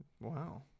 Wow